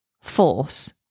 force